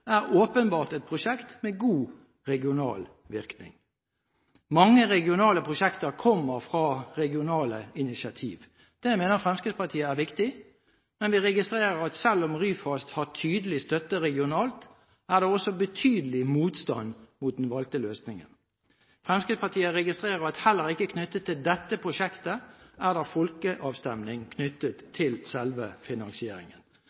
er åpenbart et prosjekt med god regional virkning. Mange regionale prosjekt kommer fra regionale initiativ. Det mener Fremskrittspartiet er viktig, men vi registrerer at selv om Ryfast har tydelig støtte regionalt, er det også betydelig motstand mot den valgte løsningen. Fremskrittspartiet registrerer at heller ikke når det gjelder dette prosjektet, er det folkeavstemning knyttet til selve finansieringen.